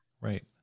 right